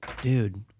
dude